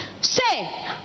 Say